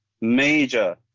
major